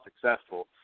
successful